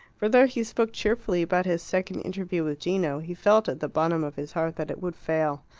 for though he spoke cheerfully about his second interview with gino, he felt at the bottom of his heart that it would fail.